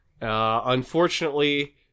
Unfortunately